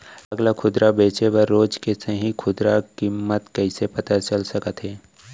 साग ला खुदरा बेचे बर रोज के सही खुदरा किम्मत कइसे पता चल सकत हे?